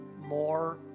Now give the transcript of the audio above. more